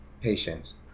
Patience